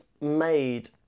made